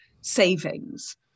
savings